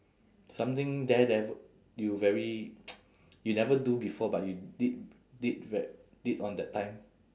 something daredevil you very you never do before but you did did v~ did on that time